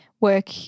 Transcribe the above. work